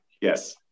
yes